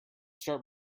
start